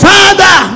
Father